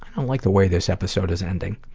i don't like the way this episode is ending.